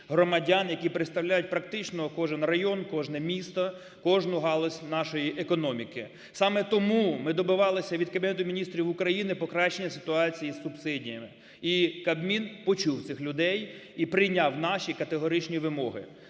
громадян, які представляють практично кожен район, кожне місто, кожну галузь нашої економіки. Саме тому ми добивалися від Кабінету Міністрів України покращення ситуації з субсидіями. І Кабмін почув цих людей і прийняв наші категоричні вимоги.